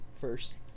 first